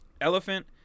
Elephant